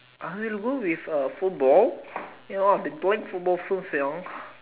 I will go with uh football ya ah they playing football field sia